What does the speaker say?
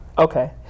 Okay